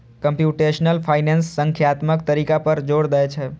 computational finance संख्यात्मक तरीका पर जोर दै छै